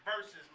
versus